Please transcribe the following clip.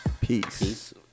Peace